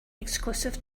exclusive